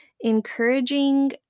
Encouraging